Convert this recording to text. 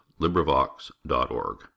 LibriVox.org